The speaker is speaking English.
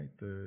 right